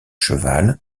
cheval